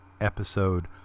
episode